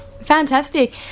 Fantastic